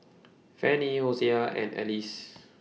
Fannie Hosea and Alice